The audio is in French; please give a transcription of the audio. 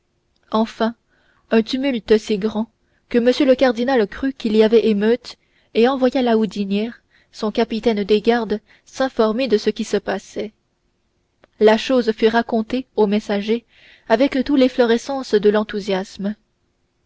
enfin un tumulte si grand que m le cardinal crut qu'il y avait émeute et envoya la houdinière son capitaine des gardes s'informer de ce qui se passait la chose fut racontée au messager avec toute l'efflorescence de l'enthousiasme